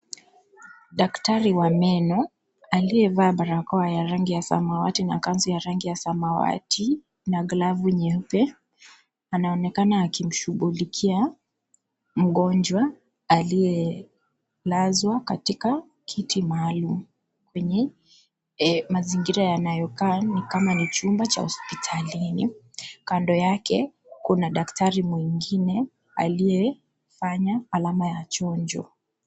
Daktari wa meno aliyevaa barakoa ya rangi ya samawati na kansu ya rangi ya samawati na glavu nyeupe anaonekana akimshughulikia mgonjwa aliyelazwa katika kiti maalum kwenye mazingira yanayokaa ni kama ni chumba cha hospitalini kando yake kuna daktari mwingine aliyefanya alama ya chonjo.